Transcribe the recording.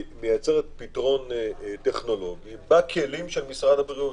היא מייצרת פתרון טכנולוגי בכלים של משרד הבריאות.